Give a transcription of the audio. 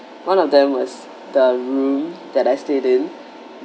one of them was the room that I stayed in